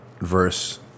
verse